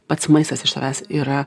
pats maistas iš savęs yra